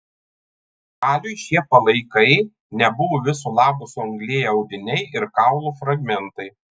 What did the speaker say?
raliui šie palaikai nebuvo viso labo suanglėję audiniai ir kaulų fragmentai